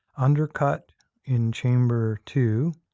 undercut in chamber two,